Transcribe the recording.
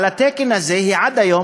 על התקן הזה עד היום,